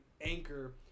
anchor